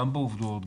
גם בעובדות,